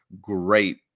great